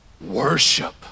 Worship